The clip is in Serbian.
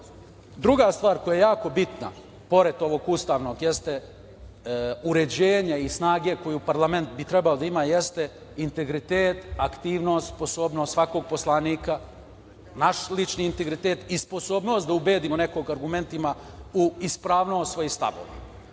stvar koja je jako bitna pored ovog ustavnog, jeste uređenje i snage koju bi Parlament trebao da ima, jeste integritet, aktivnost, sposobnost svakog poslanika, naš lični integritet i sposobnost da ubedimo nekoga argumentima u ispravnost svojih